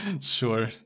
Sure